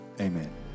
Amen